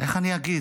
איך אני אגיד?